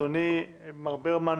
אדוני מר ברמן,